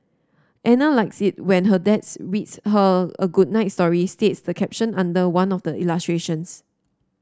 Ana likes it when her dads reads her a good night story states the caption under one of the illustrations